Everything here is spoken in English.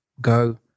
go